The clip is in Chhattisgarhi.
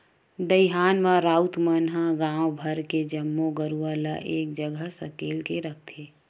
दईहान म राउत मन ह गांव भर के जम्मो गरूवा ल एक जगह सकेल के रखथे